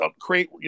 create